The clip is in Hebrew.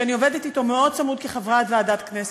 שאני עובדת אתו מאוד צמוד כחברת ועדת הכנסת,